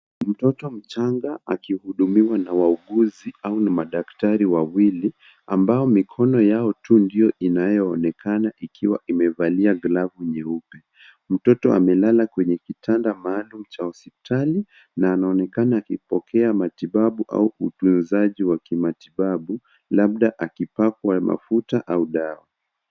Mtoto mchanga akihudumiwa na wauguzi, au madaktari wawili, ambao, mikono yao tu ndio inayoonekana ikiwa imevalia glavu nyeupe. Mtoto amelala kwenye kitanda maalum cha hospitali, na anaonekana akipokea matibabu au utunzaji wa kimatibabu, labda akipakwa mafuta, au dawa.